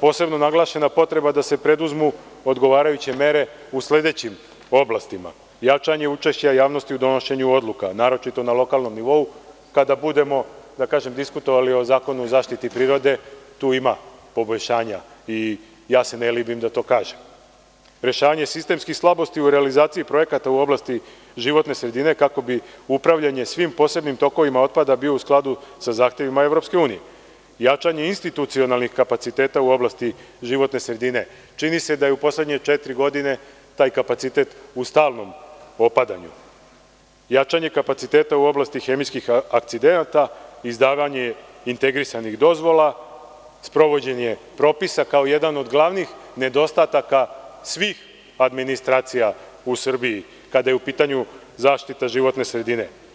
posebno naglašena potreba da se preduzmu odgovarajuće mere u sledećim oblastima – jačanje učešća javnosti u donošenju odluka, naročito na lokalnom nivou, kada budemo diskutovali o Zakonu o zaštiti prirode, tu ima poboljšanja i ja se ne libim da to kažem; rešavanje sistemskih slabosti u realizaciji projekata u oblasti životne sredine, kako bi upravljanje svim posebnim tokovima otpada bio u skladu sa zahtevima EU; jačanje institucionalnih kapaciteta u oblasti životne sredine, čini se da je u poslednje četiri godine taj kapacitet u stalnom opadanju; jačanje kapaciteta u oblasti hemijskih akcidenata, izdavanje integrisanih dozvola; sprovođenje propisa, kao jedan od glavnih nedostataka svih administracija u Srbiji, kada je u pitanju zaštita životne sredine.